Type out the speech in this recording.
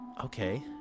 Okay